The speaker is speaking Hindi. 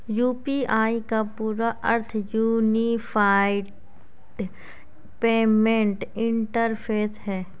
यू.पी.आई का पूरा अर्थ यूनिफाइड पेमेंट इंटरफ़ेस है